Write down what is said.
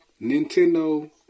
Nintendo